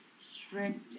strict